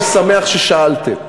אני שמח ששאלתם,